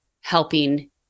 helping